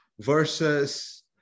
versus